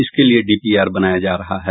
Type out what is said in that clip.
इसके लिये डीपीआर बनाया जा रहा है